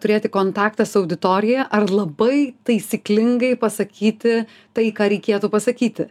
turėti kontaktą su auditorija ar labai taisyklingai pasakyti tai ką reikėtų pasakyti